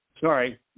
Sorry